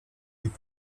with